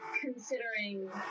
considering